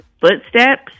footsteps